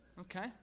okay